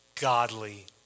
godly